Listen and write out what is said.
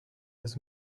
had